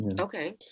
Okay